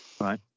right